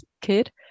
kid